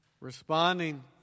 Responding